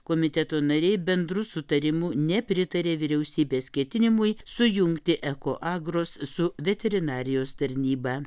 komiteto nariai bendru sutarimu nepritarė vyriausybės ketinimui sujungti ekoagrus su veterinarijos tarnyba